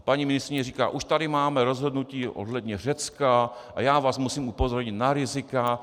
A paní ministryně říká: Už tady máme rozhodnutí ohledně Řecka a já vás musím upozornit na rizika.